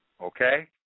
Okay